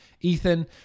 Ethan